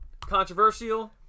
Controversial